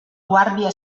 guàrdia